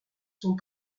sont